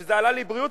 וזה עלה לי בבריאות,